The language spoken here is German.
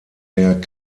der